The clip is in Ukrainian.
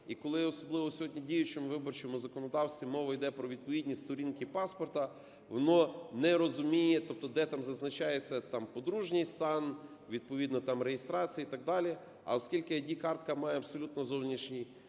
І коли, особливо в сьогодні діючому виборчому законодавстві, мова йде про відповідні сторінки паспорта, воно не розуміє. Тобто, де там зазначається там подружній стан, відповідно там реєстрація і так далі. А оскільки ID-картка має абсолютно зовнішній